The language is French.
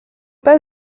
pas